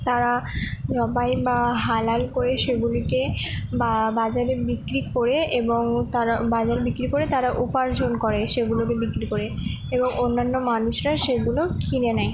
তারা জবাই বা হালাল করে সেগুলিকে বাজারে বিক্রি করে এবং তারা বাজারে বিক্রি করে তারা উপার্জন করে সেগুলোকে বিক্রি করে এবং অন্যান্য মানুষরা সেগুলো কিনে নেয়